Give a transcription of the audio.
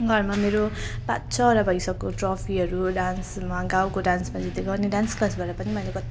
घरमा मेरो पाँच छवटा भइसक्यो ट्रफीहरू डान्समा गाउँको डान्समा जितेको अनि डान्स क्लासबाट पनि मैले कत्ति